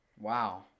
Wow